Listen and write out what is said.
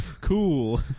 Cool